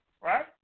right